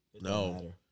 No